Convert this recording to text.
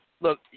look